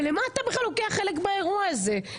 ולמה אתה בכלל לוקח חלק באירוע הזה?